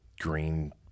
green